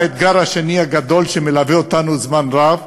האתגר השני הגדול שמלווה אותנו זמן רב,